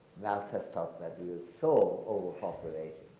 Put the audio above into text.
malthus thought that we were so overpopulated